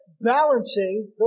balancing